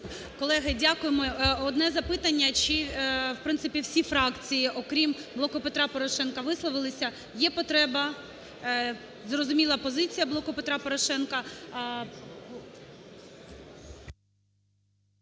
Колеги, дякуємо. Одне запитання, чи… В принципі всі фракції, окрім "Блоку Петра Порошенка" висловились. Є потреба? Зрозуміла позиція "Блоку Петра Порошенка".